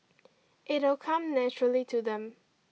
it'll come naturally to them